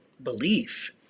belief